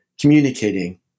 communicating